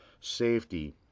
safety